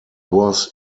was